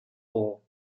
hole